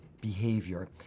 behavior